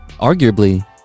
arguably